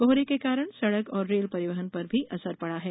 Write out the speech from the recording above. कोहरे के कारण सड़क और रेल परिवहन पर भी असर पड़ा है